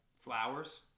flowers